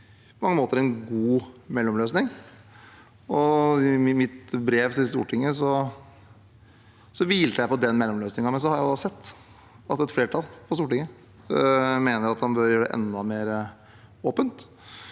på mange måter en god mellomløsning. I mitt brev til Stortinget hvilte jeg på den mellomløsningen, men så har jeg sett at et flertall på Stortinget mener at man bør gjøre det enda mer åpent,